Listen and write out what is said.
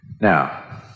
Now